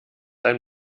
ein